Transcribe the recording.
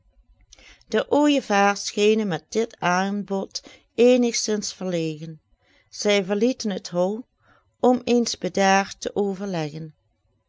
de ooijevaars schenen met dit aanbod eenigzins verlegen zij verlieten het hol om eens bedaard te overleggen